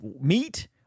meat